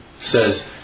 Says